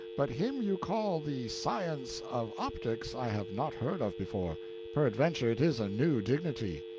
but him you call the science of optics i have not heard of before peradventure it is a new dignity.